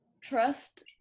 trust